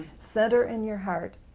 center in your heart.